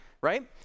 right